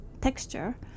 texture